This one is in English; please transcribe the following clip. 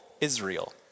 Israel